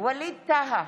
ווליד טאהא,